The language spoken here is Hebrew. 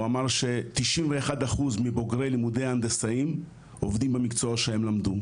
הוא אמר ש- 91% מבוגרי לימודי ההנדסאים עובדים במקצוע שהם למדו.